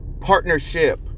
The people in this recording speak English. Partnership